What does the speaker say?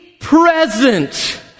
present